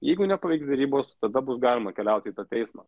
jeigu nepavyks derybos tada bus galima keliaut į tą teismą